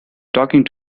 talking